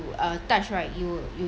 uh touch right you you